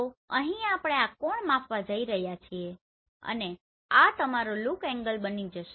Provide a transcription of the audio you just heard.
તો અહીં આપણે આ કોણ માપવા જઈ રહ્યા છીએ અને આ તમારો લુક એંગલ બની જશે